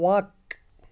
وق